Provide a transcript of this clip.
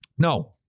No